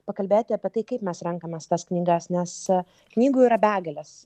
pakalbėti apie tai kaip mes renkamės tas knygas nes knygų yra begalės